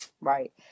Right